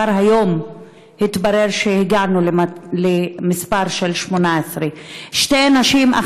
כבר היום התברר שהגענו למספר 18. שתי נשים,